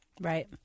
Right